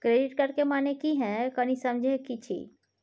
Credit card के माने की हैं, कनी समझे कि छि?